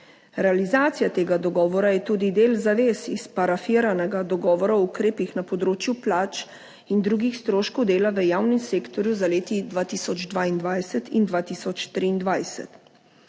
Realizacija tega dogovora je tudi del zavez iz parafiranega dogovora o ukrepih na področju plač in drugih stroškov dela v javnem sektorju za leti dva tisoč 2022